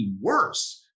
worse